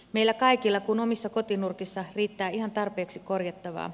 meillä kaikilla kun omissa kotinurkissa riittää ihan tarpeeksi korjattavaa